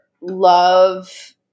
love